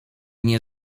nie